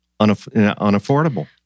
unaffordable